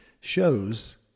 shows